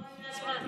לא היה זמן.